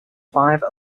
five